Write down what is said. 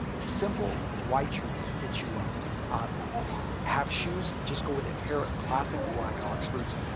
simple white shirt that fits you well ah have shoes, just go with a pair of classic black oxfords.